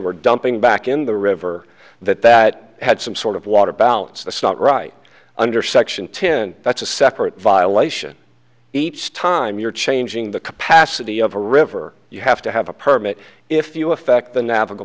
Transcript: were dumping back in the river that that had some sort of water balance the start right under section ten that's a separate violation each time you're changing the capacity of a river you have to have a permit if you affect the